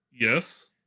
Yes